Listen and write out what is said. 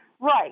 Right